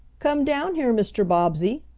come down here, mr. bobbsey,